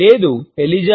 లేదు ఎలిజా